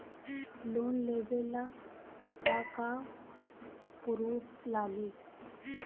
Loan लेबे ला का का पुरुफ लागि?